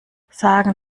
sagen